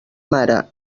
mare